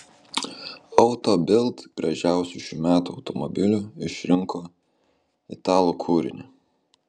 auto bild gražiausiu šių metų automobiliu išrinko italų kūrinį